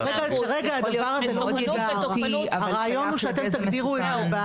תראו, הרעיון הוא שאתם תגדירו את זה.